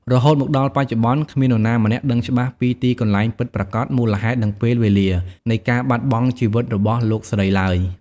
រហូតមកដល់បច្ចុប្បន្ន គ្មាននរណាម្នាក់ដឹងច្បាស់ពី ទីកន្លែងពិតប្រាកដ មូលហេតុ និងពេលវេលា នៃការបាត់បង់ជីវិតរបស់លោកស្រីឡើយ។